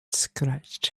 scratched